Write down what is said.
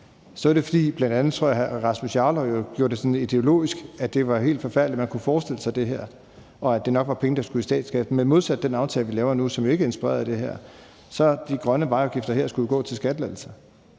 så er det, fordi bl.a. hr. Rasmus Jarlov, tror jeg, gjorde det sådan ideologisk, altså at det var helt forfærdeligt, at man kunne forestille sig det her, og at det nok var penge, der skulle i statskassen. Men modsat den aftale, vi laver nu, som jo ikke er inspireret af det her, så skulle de grønne vejafgifter gå til skattelettelser.